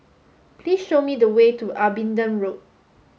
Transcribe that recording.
please show me the way to Abingdon Road